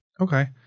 Okay